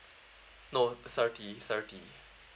no thirty thirty